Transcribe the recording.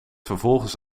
vervolgens